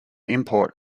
import